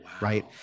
Right